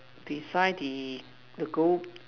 beside the